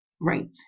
right